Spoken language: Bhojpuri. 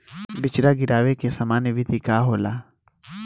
बिचड़ा गिरावे के सामान्य विधि का होला?